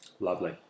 Lovely